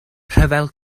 rhyfel